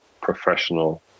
professional